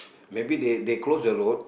maybe they they close the road